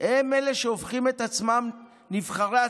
הם אלה שהופכים את עצמם, נבחרי הציבור,